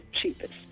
cheapest